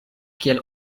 kiel